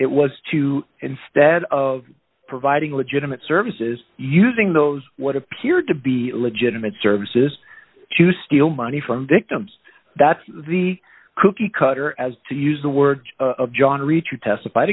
it was to instead of providing legitimate services using those what appeared to be legitimate services to steal money from victims that's the cookie cutter as to use the words of john reid to testified